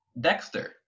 Dexter